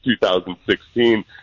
2016